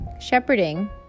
Shepherding